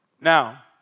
Now